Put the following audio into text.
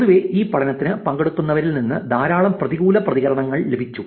പൊതുവേ ഈ പഠനത്തിന് പങ്കെടുക്കുന്നവരിൽ നിന്ന് ധാരാളം പ്രതികൂല പ്രതികരണങ്ങൾ ലഭിച്ചു